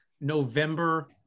november